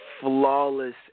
flawless